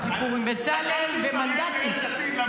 הסיפור עם בצלאל ומנדטים.